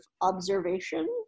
observation